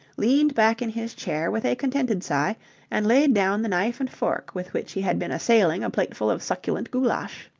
leaned back in his chair with a contented sigh and laid down the knife and fork with which he had been assailing a plateful of succulent goulash.